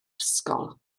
ysgol